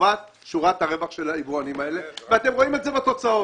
לטובת שורת הרווח של היבואנים האלה ואתם רואים את זה בתוצאות.